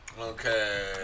Okay